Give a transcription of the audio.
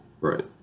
Right